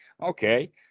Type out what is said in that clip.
Okay